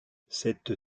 cette